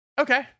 Okay